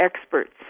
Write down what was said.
experts